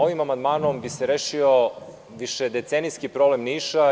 Ovim amandmanom bi se rešio višedecenijski problem Niša.